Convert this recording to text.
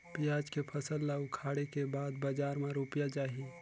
पियाज के फसल ला उखाड़े के बाद बजार मा रुपिया जाही?